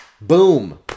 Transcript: Boom